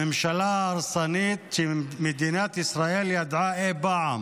זו הממשלה ההרסנית שמדינת ישראל ידעה אי פעם,